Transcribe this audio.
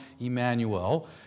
Emmanuel